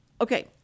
okay